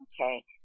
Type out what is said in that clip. okay